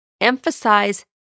emphasize